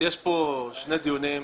יש פה שני דיונים שונים.